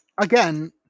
again